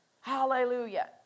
Hallelujah